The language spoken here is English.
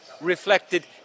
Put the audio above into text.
reflected